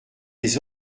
les